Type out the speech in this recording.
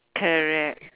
correct